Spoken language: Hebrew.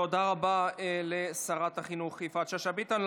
תודה רבה לשרת החינוך יפעת שאשא ביטון.